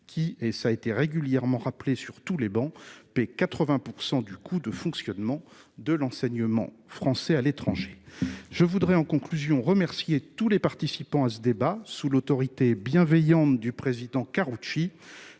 qui, et ça a été régulièrement rappelée sur tous les bancs, p 80 % du coût de fonctionnement de l'enseignement français à l'étranger, je voudrais en conclusion remercié tous les participants à ce débat sous l'autorité bienveillante du président Karoutchi